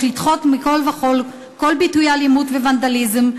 יש לדחות מכול וכול ביטויי אלימות וונדליזם.